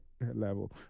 level